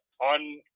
on